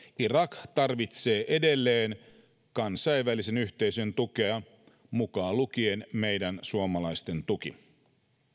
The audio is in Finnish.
irak tarvitsee edelleen kansainvälisen yhteisön tukea mukaan lukien meidän suomalaisten tuki